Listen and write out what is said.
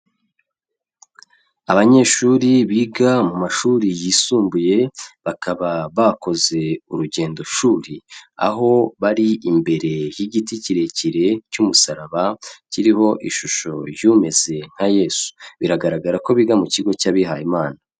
Abanyeshuri biga mu mashuri yisumbuye bakaba bakoze urugendo shuri, aho bari imbere y'igiti kirekire cy'umusaraba kiriho ishusho y'umeze nka Yesu, biragaragara ko biga mu kigo cy'abihaye Imana.